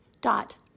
dot